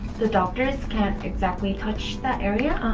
the doctors can't exactly touch that area